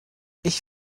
ich